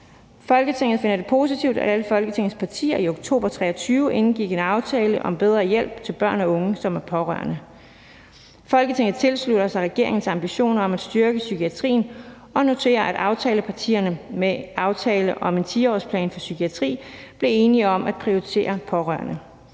Folketinget finder det positivt, at alle Folketingets partier i oktober 2023 indgik en aftale om bedre hjælp til børn og unge, som er pårørende. Folketinget tilslutter sig regeringens ambitioner om at styrke psykiatrien og noterer, at aftalepartierne med aftalen om en 10-årsplan for psykiatrien blev enige om at prioritere pårørende.